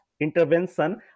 intervention